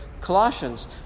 Colossians